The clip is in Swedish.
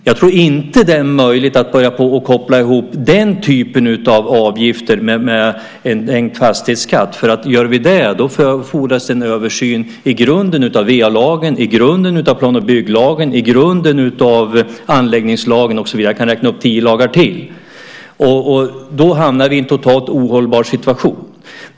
Jag tror inte att det är möjligt att koppla ihop den typen av avgifter med en fastighetsskatt. Om vi gör det fordras en översyn i grunden av VA-lagen, av plan och bygglagen, av anläggningslagen och så vidare. Jag skulle kunna räkna upp tio lagar till. Då hamnar vi i en totalt ohållbar situation.